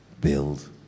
build